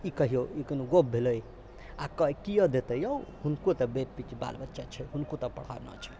ई कहियौ ई कोनो गप्प भेलै आ किया देतै यौ हुनको तऽ बेटी बाल बच्चा छै हुनको तऽ पढ़ाना छै